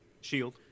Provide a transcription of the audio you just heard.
Shield